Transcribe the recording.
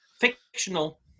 fictional